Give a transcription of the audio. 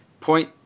point